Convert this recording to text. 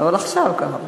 אבל עכשיו, גם.